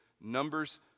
Numbers